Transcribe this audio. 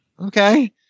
Okay